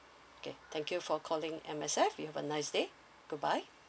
okay thank you for calling M_S_F you have a nice day good bye